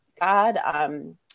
God